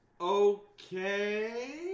Okay